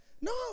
No